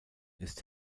ist